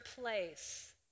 place